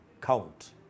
count